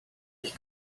ich